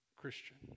Christian